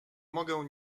mogę